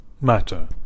matter